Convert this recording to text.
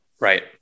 Right